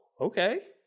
okay